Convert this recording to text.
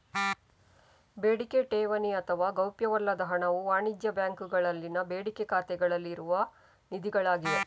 ಬೇಡಿಕೆ ಠೇವಣಿ ಅಥವಾ ಗೌಪ್ಯವಲ್ಲದ ಹಣವು ವಾಣಿಜ್ಯ ಬ್ಯಾಂಕುಗಳಲ್ಲಿನ ಬೇಡಿಕೆ ಖಾತೆಗಳಲ್ಲಿ ಇರುವ ನಿಧಿಗಳಾಗಿವೆ